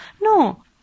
No